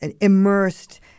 immersed